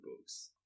books